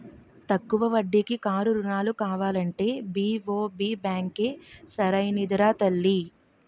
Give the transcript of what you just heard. తక్కువ వడ్డీకి కారు రుణాలు కావాలంటే బి.ఓ.బి బాంకే సరైనదిరా తల్లీ